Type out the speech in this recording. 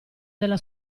della